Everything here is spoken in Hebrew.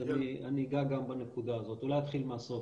אני אגע גם בנקודה הזאת, אני אולי אתחיל מהסוף.